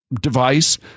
device